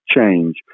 change